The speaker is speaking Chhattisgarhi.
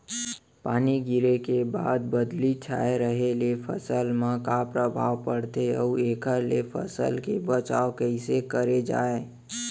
पानी गिरे के बाद बदली छाये रहे ले फसल मा का प्रभाव पड़थे अऊ एखर ले फसल के बचाव कइसे करे जाये?